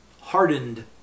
hardened